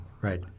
Right